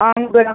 ആ കൊണ്ട് വരാം